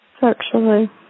Sexually